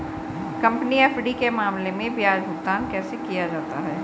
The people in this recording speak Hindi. कंपनी एफ.डी के मामले में ब्याज भुगतान कैसे किया जाता है?